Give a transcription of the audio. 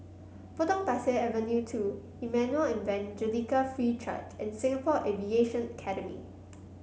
Potong Pasir Avenue two Emmanuel Evangelical Free Church and Singapore Aviation Academy